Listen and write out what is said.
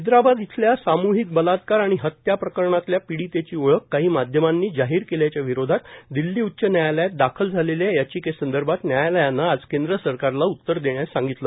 हैदराबाद साम्हिक अत्याचार आणि हत्या प्रकरणातल्या पीडितेची ओळख काही माध्यमांनी जाहीर केल्याच्या विरोधात दिल्ली उच्च न्यायालयात दाखल झालेल्या याचिकेसंदर्भात न्यायालयानं आज केंद्र सरकारला उत्तर देण्यास सांगितलं